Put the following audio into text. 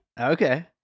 Okay